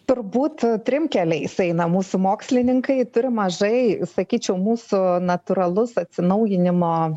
turbūt trim keliais eina mūsų mokslininkai turim mažai sakyčiau mūsų natūralus atsinaujinimo